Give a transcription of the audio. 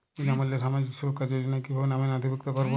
বিনামূল্যে সামাজিক সুরক্ষা যোজনায় কিভাবে নামে নথিভুক্ত করবো?